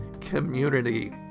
community